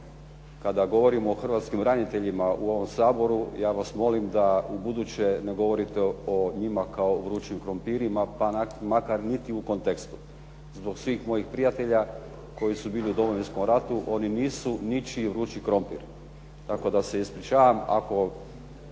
Kada govorimo o Hrvatskim braniteljima u ovom Hrvatskom saboru ja bih vas molio da ne govorite o njima kao o vrućim krumpirima pa makar niti u kontekstu, zbog svih mojih prijatelja koji su bili u Domovinskom ratu, oni nisu ničiji vrući krumpir, tako da se ja ispričavam.